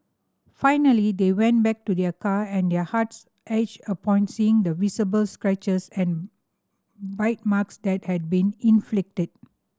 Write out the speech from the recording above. finally they went back to their car and their hearts ached upon seeing the visible scratches and bite marks that had been inflicted